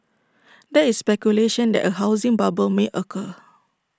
there is speculation that A housing bubble may occur